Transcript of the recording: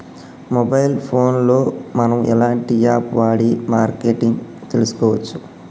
Mobile phone లో మనం ఎలాంటి యాప్ వాడి మార్కెటింగ్ తెలుసుకోవచ్చు?